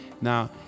now